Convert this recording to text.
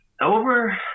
Over